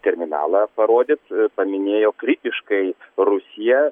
terminalą parodyt paminėjo kritiškai rusiją